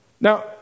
Now